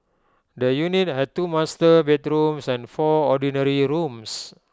the unit had two master bedrooms and four ordinary rooms